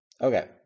Okay